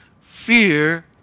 Fear